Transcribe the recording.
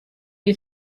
you